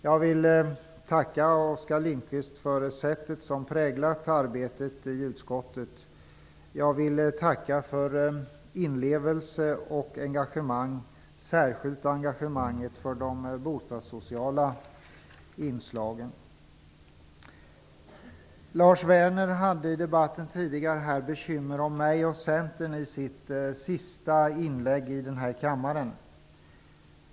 Jag vill tacka Oskar Lindkvist för den prägel han har satt på arbetet i utskottet. Jag vill tacka för inlevelse och engagemang, särskilt engagemanget för de bostadssociala inslagen. Lars Werner hade tidigare i debatten bekymmer om mig och Centern i sitt sista inlägg i denna kammare.